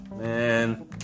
Man